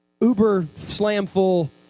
uber-slam-full